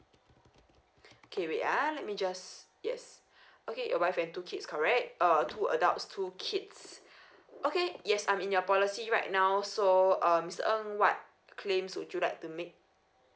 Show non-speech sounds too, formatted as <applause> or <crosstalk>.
okay wait ah let me just yes okay your wife and two kids correct uh two adults two kids <breath> okay yes I'm in your policy right now so um mister ng what c~ claims would you like to make